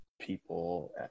people